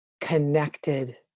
connected